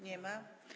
Nie ma?